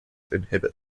inhibit